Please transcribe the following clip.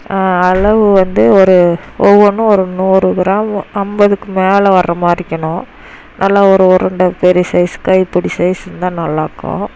அளவு வந்து ஒரு ஒவ்வொன்றும் ஒரு நூறு கிராமு ஐம்பதுக்கு மேலே வர்ற மாதிரி இருக்கணும் நல்லா ஒரு உருண்டை பெரிய சைஸ் கைப்புடி சைஸ் இருந்தால் நல்லாயிருக்கும்